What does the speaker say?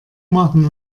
machen